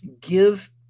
give